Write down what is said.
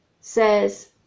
says